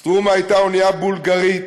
"סטרומה" הייתה אונייה בולגרית